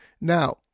Now